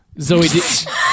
Zoe